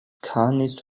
canis